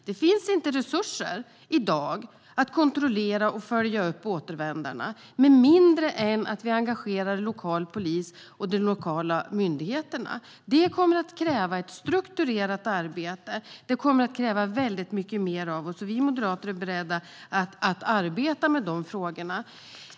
Det finns i dag inte resurser att kontrollera och följa upp återvändarna med mindre än att vi engagerar lokal polis och de lokala myndigheterna. Det kommer att kräva ett strukturerat arbete. Det kommer att kräva väldigt mycket mer av oss. Vi moderater är beredda att arbeta med de frågorna.